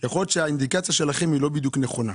יכול להיות שהאינדיקציה שלכם לא נכונה.